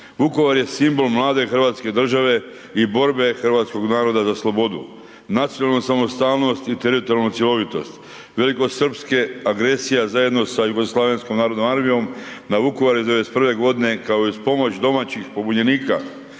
Vukovar je simbol mlade Hrvatske države i borbe hrvatskog naroda za slobodu, nacionalnu samostalnost i teritorijalnu cjelovitost, velikosrpske agresije zajedno sa JNA na Vukovar '91. kao i uz pomoć domaćih pobunjenika